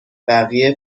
بقیه